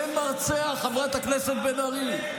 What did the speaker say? אין מרצע, חברת הכנסת בן ארי.